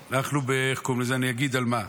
אנחנו, אני אגיד על מה.